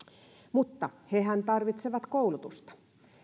mutta hehän tarvitsevat koulutusta